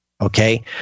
Okay